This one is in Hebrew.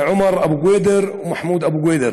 עומר אבו קוידר ומחמוד אבו קוידר,